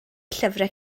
llyfrau